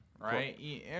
Right